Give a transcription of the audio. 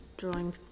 Drawing